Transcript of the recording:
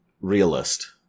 realist